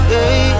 Hey